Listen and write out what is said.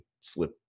slip